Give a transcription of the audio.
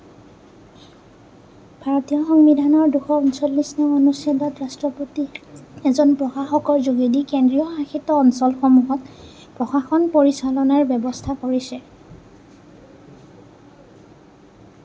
ভাৰতীয় সংবিধানৰ দুশ ঊনচল্লিছ নং অনুচ্ছেদত ৰাষ্ট্ৰপতিয়ে এজন প্ৰশাসকৰ যোগেদি কেন্দ্ৰীয় শাসিত অঞ্চলসমূহত প্ৰশাসন পৰিচালনাৰ ব্যৱস্থা কৰিছে